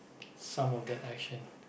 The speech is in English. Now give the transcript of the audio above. some of that action